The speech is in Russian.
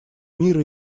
мира